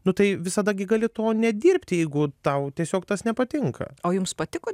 nu tai visada gi gali to nedirbti jeigu tau tiesiog tas nepatinka